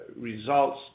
results